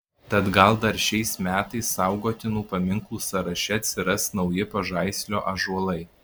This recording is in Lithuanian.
tad gal dar šiais metais saugotinų paminklų sąraše atsiras nauji pažaislio ąžuolai